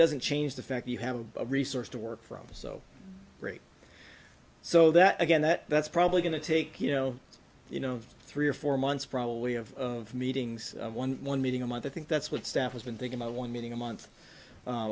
doesn't change the fact you have a resource to work from so great so that again that that's probably going to take you know you know three or four months probably of meetings one one meeting a month i think that's what staff has been taken by one meeting a month or